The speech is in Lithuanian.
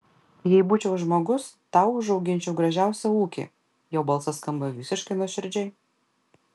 jei būčiau žmogus tau išauginčiau gražiausią ūkį jo balsas skamba visiškai nuoširdžiai